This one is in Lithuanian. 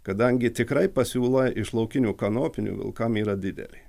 kadangi tikrai pasiūla iš laukinių kanopinių vilkam yra didelė